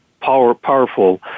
powerful